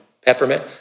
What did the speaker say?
peppermint